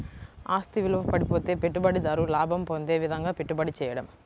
ఆస్తి విలువ పడిపోతే పెట్టుబడిదారు లాభం పొందే విధంగాపెట్టుబడి చేయడం